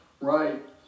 Right